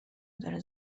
داره